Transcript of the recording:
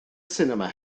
sinema